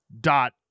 dot